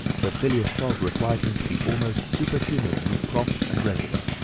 but phileas fogg required him to be almost superhumanly prompt and regular.